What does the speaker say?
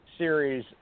series